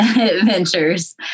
adventures